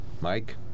Mike